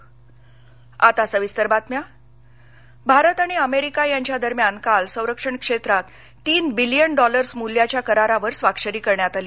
Trump Bharat आणि America यांच्या दरम्यान काल संरक्षण क्षेत्रात तीनबिलिअन डॉलर्स मूल्याच्या करारावर स्वाक्षरी करण्यात आली